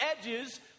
edges